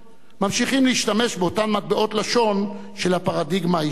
ממשיכים להשתמש באותם מטבעות לשון של הפרדיגמה הישנה.